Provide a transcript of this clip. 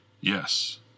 Yes